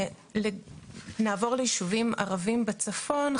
נעבור לישובים ערבים בצפון.